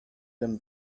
him